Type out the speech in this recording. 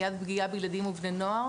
מניעת פגיעה בילדים ובני נוער,